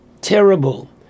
terrible